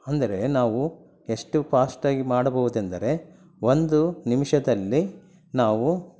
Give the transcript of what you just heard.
ಅಂದರೆ ನಾವು ಎಷ್ಟು ಫಾಸ್ಟಾಗಿ ಮಾಡಬಹುದೆಂದರೆ ಒಂದು ನಿಮಿಷದಲ್ಲಿ ನಾವು